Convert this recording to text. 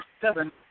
seven